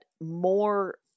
more